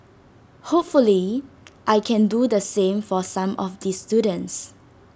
hopefully I can do the same for some of the students